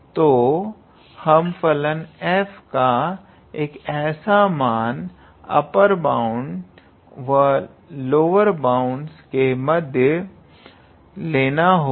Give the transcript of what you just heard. तो हम फलन f का एक ऐसा मान अपर बाण्ड् तथा लोवर बाण्ड् के मध्य लेना होगा